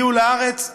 הגיעו לארץ,